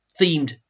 themed